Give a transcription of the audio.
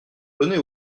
donner